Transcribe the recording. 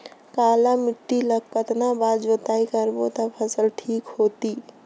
काली माटी ला कतना बार जुताई करबो ता फसल ठीक होती?